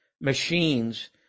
machines